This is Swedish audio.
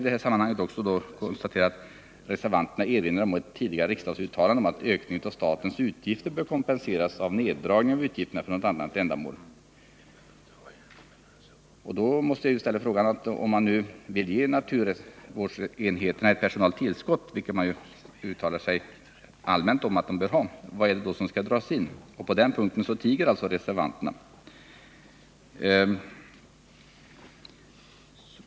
I detta sammanhang vill jag konstatera att reservanterna erinrar om ett tidigare riksdagsuttalande, att ökningen av statens utgifter bör kompenseras med neddragning av utgifterna för något annat ändamål. Men om nu reservanterna verkligen vill ge naturvårdsenheterna ett personellt tillskott — vilket de rent allmänt uttalar att de bör ha — vad är det då som skall dras in? På den punkten tiger reservanterna.